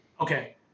Okay